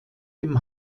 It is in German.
dem